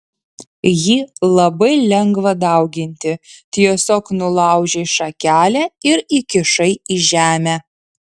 jį labai lengva dauginti tiesiog nulaužei šakelę ir įkišai į žemę